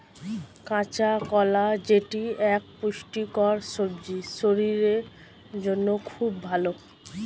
কাঁচা কলা যেটি এক পুষ্টিকর সবজি শরীরের জন্য খুব ভালো